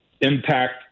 impact